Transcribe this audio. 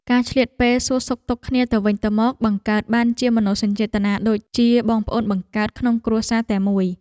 ការឆ្លៀតពេលសួរសុខទុក្ខគ្នាទៅវិញទៅមកបង្កើតបានជាមនោសញ្ចេតនាដូចជាបងប្អូនបង្កើតក្នុងគ្រួសារតែមួយ។